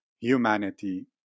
humanity